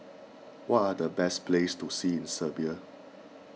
what are the best places to see in Serbia